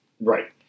right